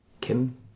Kim